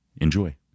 Enjoy